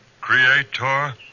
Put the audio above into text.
creator